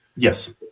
Yes